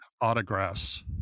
autographs